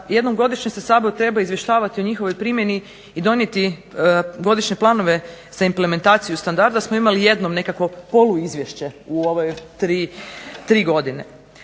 jednom godišnje se Sabor treba izvještavati o njihovoj primjeni i donijeti godišnje planove sa implementaciju standarda smo imali jednom nekakvo poluizvješće u ove tri godine.